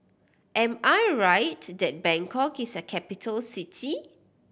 am I right that Bangkok is a capital city